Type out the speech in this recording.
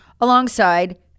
alongside